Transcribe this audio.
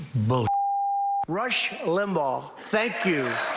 both rush limbaugh thank you.